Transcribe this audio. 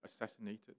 assassinated